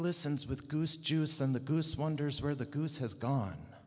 glistens with goose juice and the goose wonders where the goose has gone